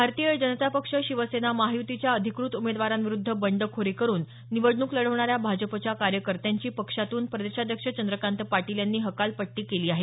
भारतीय जनता पक्ष शिवसेना महायूतीच्या अधिकृत उमेदवारांविरुद्ध बंडखोरी करुन निवडणूक लढवणाऱ्या भाजपच्या कार्यकर्त्यांची पक्षातून प्रदेशाध्यक्ष चंद्रकांत पाटील यांनी हकालपट्टी केली आहे